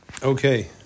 Okay